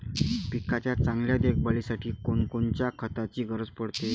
पिकाच्या चांगल्या देखभालीसाठी कोनकोनच्या खताची गरज पडते?